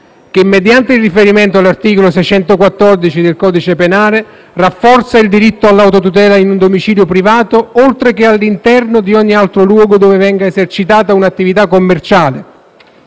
che mediante il riferimento all'articolo 614 del codice penale rafforza il diritto all'autotutela in un domicilio privato, oltre che all'interno di ogni altro luogo dove venga esercitata un'attività commerciale,